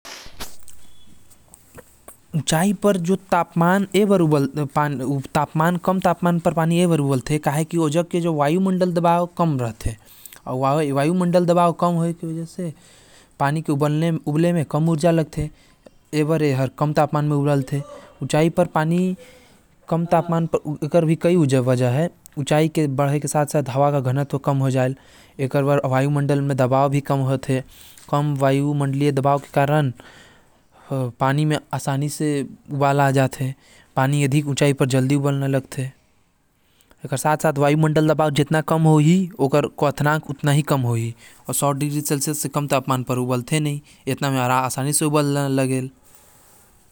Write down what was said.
काबर की वहाँ वायुमंडल के दबाव कम रहथे, ऊर्जा कम मिलथे अउ हवा के घनत्व भी कम होथे एहि कारण ऊँचाई म कम तापमान के खातिर पानी उबले लगथे।